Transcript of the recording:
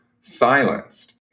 silenced